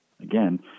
again